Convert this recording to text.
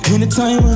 Anytime